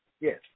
yes